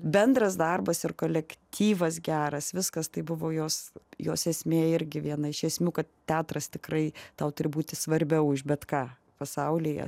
bendras darbas ir kolektyvas geras viskas tai buvo jos jos esmė irgi viena iš esmių kad teatras tikrai tau turi būti svarbiau už bet ką pasaulyje ir